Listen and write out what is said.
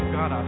God